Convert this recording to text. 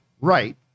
right